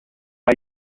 why